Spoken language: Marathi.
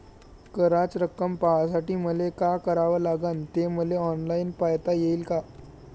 कराच रक्कम पाहासाठी मले का करावं लागन, ते मले ऑनलाईन पायता येईन का?